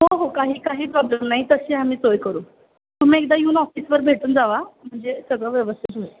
हो हो काही काही प्रॉब्लेम नाही तशी आम्ही सोय करू तुम्ही एकदा येऊन ऑफिसवर भेटून जावा म्हणजे सगळं व्यवस्थित होईल